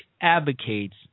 advocates